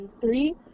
three